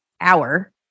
hour